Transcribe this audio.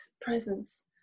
presence